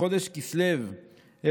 בחודש כסלו תש"ח,